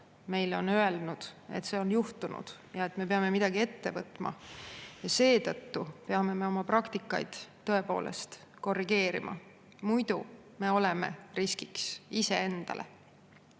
meile öelnud, et see on juhtunud ja et me peame midagi ette võtma. Seetõttu peame me oma praktikaid tõepoolest korrigeerima, muidu me oleme riskiks iseendale.